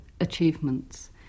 achievements